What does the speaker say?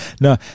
No